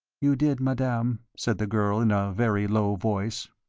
you did, madame, said the girl in a very low voice.